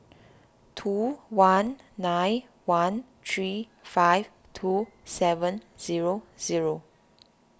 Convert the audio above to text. two one nine one three five two seven zero zero